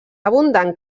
abundant